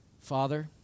Father